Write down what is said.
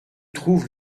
trouve